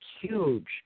huge